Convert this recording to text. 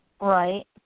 Right